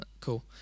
cool